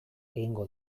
egingo